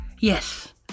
Yes